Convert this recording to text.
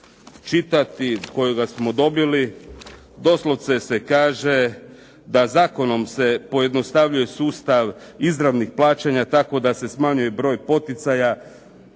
čitati, kojega smo dobili, doslovce se kaže da zakonom se pojednostavljuje sustav izravnih plaćanja tako da se smanjuje broj poticaja,